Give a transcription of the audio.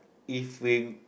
if we